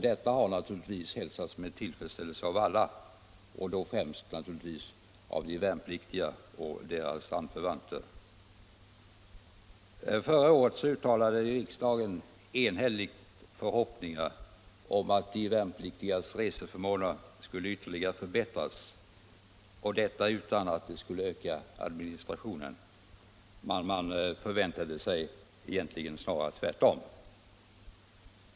Detta har naturligtvis hälsats med tillfredsställelse av alla, främst av de värnpliktiga och deras anförvanter. Förra året uttalades i riksdagen enhälligt förhoppningar om att de värnpliktigas reseförmåner skulle ytterligare förbättras och detta utan att det skulle öka administrationen. Man förväntade sig snarare motsatsen.